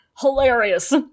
Hilarious